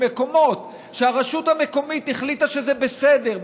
במקומות שהרשות המקומית החליטה שזה בסדר,